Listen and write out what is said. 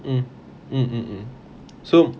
mm mm mm mm so